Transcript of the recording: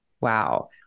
Wow